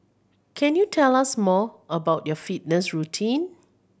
can you tell us more about your fitness routine